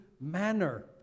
manner